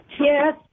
Yes